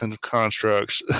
constructs